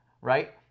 right